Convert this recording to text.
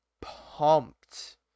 pumped